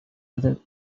other